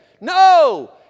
No